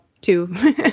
two